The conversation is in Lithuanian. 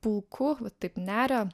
pulku va taip neria